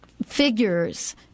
Figures